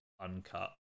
uncut